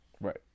Right